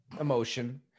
emotion